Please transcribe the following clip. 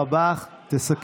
אבל יתרה מזו,